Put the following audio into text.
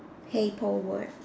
hey Paul word